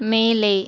மேலே